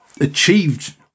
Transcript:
achieved